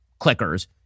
clickers